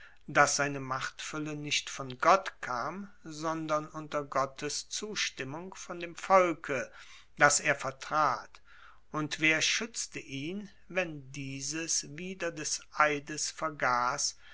dass seine machtfuelle nicht von gott kam sondern unter gottes zustimmung von dem volke das er vertrat und wer schuetzte ihn wenn dieses wieder des eides vergass